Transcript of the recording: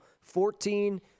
Fourteen